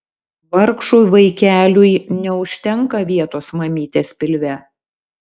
vargšui vaikeliui neužtenka vietos mamytės pilve